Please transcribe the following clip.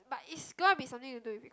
but is gonna be something to do with